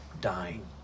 dying